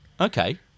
Okay